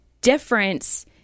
difference